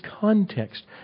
context